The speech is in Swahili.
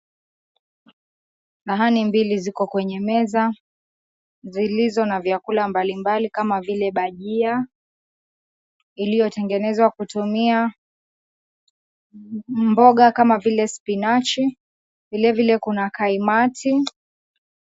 Sahani mbili ziko kwenye meza, zilizo na vyakula mbalimbali kama vile bajia, iliyotengenezwa kutumia mboga, jama vile spinachi. Vile vile kuna kaimati.